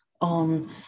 on